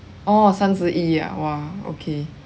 orh 三十一 ah !wah! okay